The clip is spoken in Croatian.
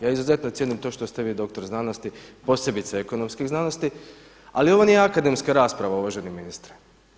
Ja izuzetno cijenim to što ste vi doktor znanosti, posebice ekonomskih zajednici, ali ovo nije akademska rasprava uvaženi ministre.